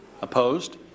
Opposed